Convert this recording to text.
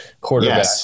quarterback